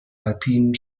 alpinen